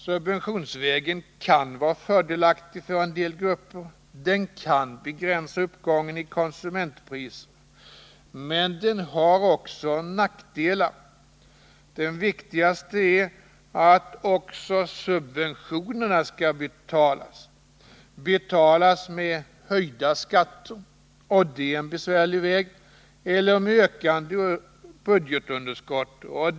Subventionsvägen kan vara fördelaktig för en del grupper. Den kan begränsa uppgången i konsumentpriserna, men den har också nackdelar. Den viktigaste är att också subventionerna skall betalas, betalas med höjda skatter eller med ökande budgetunderskott.